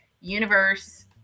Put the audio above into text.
universe